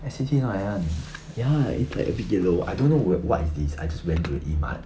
S_C_T is not like that one ya it's like a bit yellow I don't know where what is this I just went to the E mart